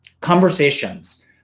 conversations